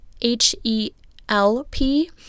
H-E-L-P-